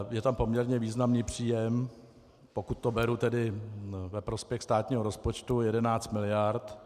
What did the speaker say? Je tam poměrně významný příjem, pokud to beru ve prospěch státního rozpočtu, 11 miliard.